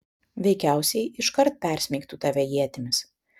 veikiausiai iškart persmeigtų tave ietimis